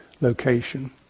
Location